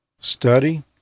study